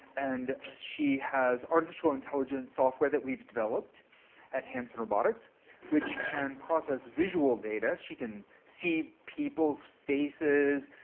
and she has artificial intelligence software that we've developed at hanson robotics which can process visual data. she can see people's faces,